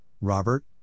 Robert